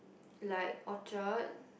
like Orchard